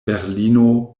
berlino